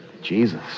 Jesus